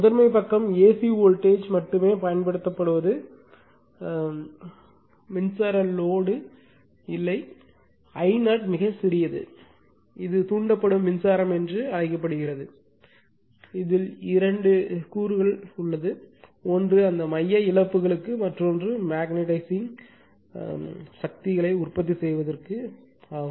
முதன்மை பக்கம் AC voltage ம் மட்டுமே பயன்படுத்தப்படுவது மின்சார லோடு இல்லை I0 மிகச் சிறியது இது தூண்டப்படும் மின்சாரம் என்று அழைக்கப்படுகிறது இது இரண்டு கூறுகளைக் கொண்டுள்ளது ஒன்று அந்த மைய இழப்புகளுக்கு மற்றோன்று மக்னேடைசிங் சக்திகளை உற்பத்தி செய்வதற்கு இருக்கும்